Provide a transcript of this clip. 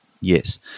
Yes